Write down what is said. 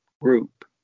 group